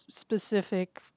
specific